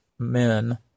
men